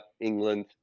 England